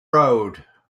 road